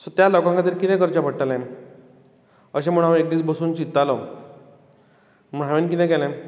so त्या लोकां खातीर कितें करचें पडटलें अशें म्हणून हां एक दीस बसून चिंततालों म्हण हांवें कितें केलें